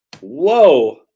Whoa